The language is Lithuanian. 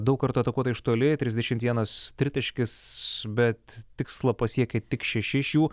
daug kartų atakuoti iš toli trisdešimt vienas tritaškis bet tikslą pasiekė tik šeši iš jų